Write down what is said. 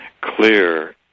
clear